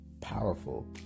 powerful